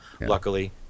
luckily